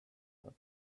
top